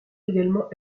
également